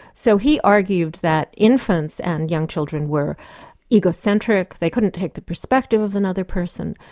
so he argued that infants and young children were egocentric, they couldn't take the perspective of another person,